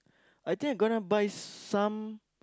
I think I gonna buy some